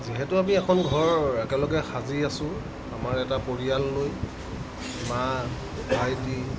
যিহেতু আমি এখন ঘৰ একেলগে সাজি আছোঁ আমাৰ এটা পৰিয়াল লৈ মা ভাইটি